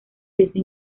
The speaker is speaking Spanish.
desde